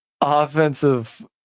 Offensive